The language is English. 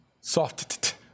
soft